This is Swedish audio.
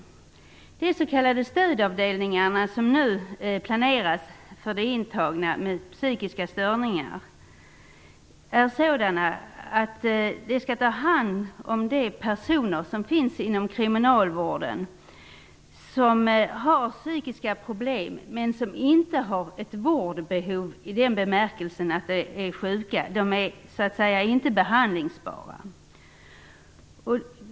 De s.k. stödavdelningarna som nu planeras för de intagna med psykiska störningar skall ta hand om de personer inom kriminalvården som har psykiska problem men som inte har ett vårdbehov i den bemärkelsen att de är sjuka, dvs. de är så att säga inte behandlingsbara.